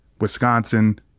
Wisconsin